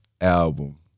album